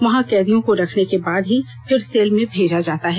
वहां कैदियों को रखने के बाद ही फिर सेल में भेजा जाता है